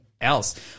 else